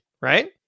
right